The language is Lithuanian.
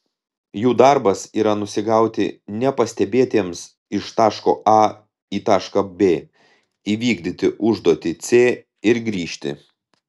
jų darbas yra nusigauti nepastebėtiems iš taško a į tašką b įvykdyti užduotį c ir grįžti